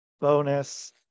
bonus